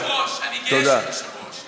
אדוני היושב-ראש, אני גאה שאתה יושב-ראש.